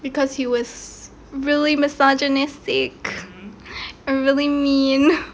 because he was really misogynistic and really mean